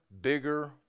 bigger